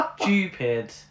stupid